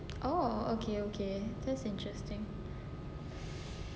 oh okay okay that's interesting